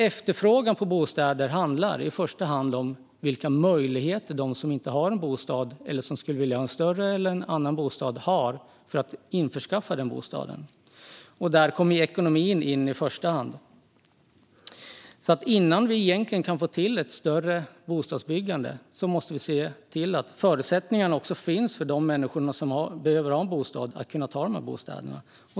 Efterfrågan på bostäder handlar nämligen i första hand om vilka möjligheter de som inte har en bostad, eller de som skulle vilja ha en större bostad eller en annan bostad, har för att införskaffa denna bostad. Där kommer ekonomin in i första hand. Innan vi kan få till ett större bostadsbyggande måste vi alltså se till att förutsättningarna finns för de människor som behöver en bostad att kunna ta de här bostäderna.